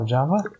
Java